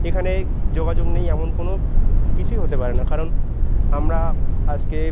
এখানে যোগাযোগ নেই এমন কোনো কিছুই হতে পারে না কারণ আমরা আজকে